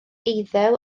eiddew